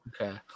Okay